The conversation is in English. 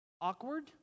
Awkward